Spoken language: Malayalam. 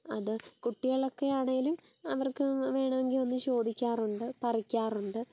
അത് കുട്ടികളൊക്കെ ആണേലും അവർക്ക് വേണമെങ്കിൽ ഒന്ന് ചോദിക്കാറുണ്ട് പറിക്കാറുണ്ട്